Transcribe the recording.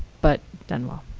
but done well.